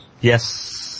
Yes